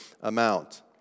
amount